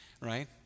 right